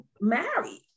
married